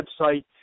website